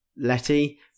Letty